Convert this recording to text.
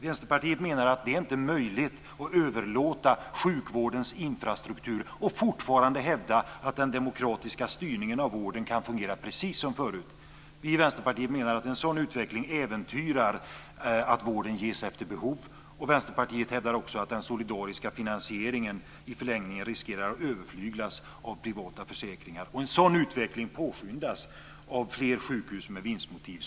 Vänsterpartiet menar att det inte är möjligt att överlåta sjukvårdens infrastruktur och fortfarande hävda att den demokratiska styrningen av vården kan fungera precis som förut. Vi i Vänsterpartiet menar att en sådan utveckling äventyrar att vården ges efter behov. Vänsterpartiet hävdar också att den solidariska finansieringen i förlängningen riskerar att överflyglas av privata försäkringar. En sådan utveckling påskyndas av fler sjukhus med vinstmotiv.